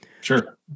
Sure